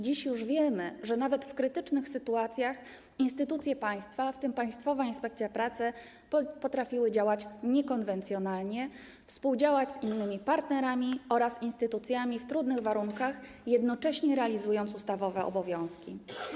Dziś wiemy, że nawet w krytycznych sytuacjach instytucje państwa, w tym Państwowa Inspekcja Pracy, potrafiły działać niekonwencjonalnie, współdziałać z innymi partnerami oraz instytucjami w trudnych warunkach, realizując jednocześnie swoje ustawowe obowiązki.